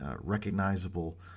recognizable